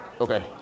Okay